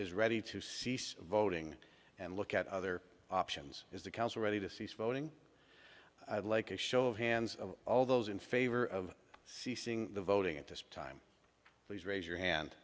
is ready to cease voting and look at other options is the council ready to cease voting i'd like a show of hands of all those in favor of ceasing the voting at this time please raise your hand